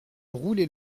rouler